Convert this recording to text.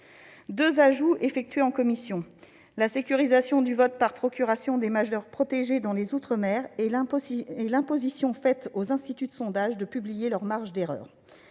été ajoutées en commission : la sécurisation du vote par procuration des majeurs protégés dans les outre-mer, et l'obligation faite aux instituts de sondage de publier leurs marges d'erreur.